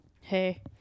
Hey